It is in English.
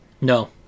no